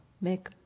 Make